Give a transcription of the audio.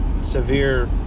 severe